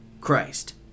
Christ